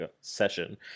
session